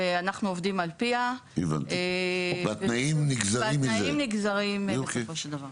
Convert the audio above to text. אנחנו עובדים על פיה והתנאים נגזרים ממנה.